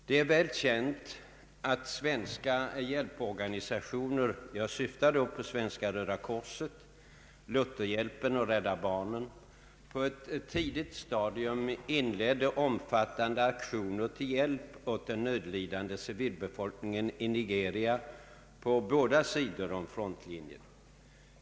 Det är väl känt att svenska hjälporganisationer — jag syftar då på Svenska röda korset, Svenska Lutherhjälpen och Rädda barnen — på ett tidigt stadium inledde omfattande aktioner till hjälp åt den nödlidande civilbefolkningen i Nigeria på bägge sidor om frontlinjen.